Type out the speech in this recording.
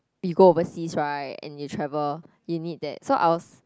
you go overseas right and we travel you need that so I was